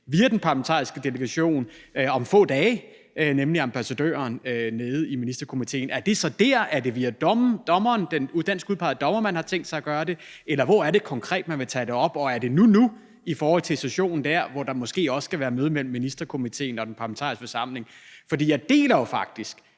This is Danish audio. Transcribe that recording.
via den parlamentariske delegation om få dage. Er det så dér, eller er det via dommeren, den dansk udpegede dommer, man har tænkt sig at gøre det, eller hvor er det konkret, man vil tage det op? Og er det nu nu i forhold til sessionen, hvor der måske også skal være møde mellem Ministerkomitéen og den parlamentariske forsamling? For jeg deler jo faktisk,